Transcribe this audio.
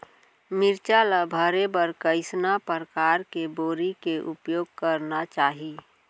मिरचा ला भरे बर कइसना परकार के बोरी के उपयोग करना चाही?